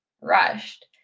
rushed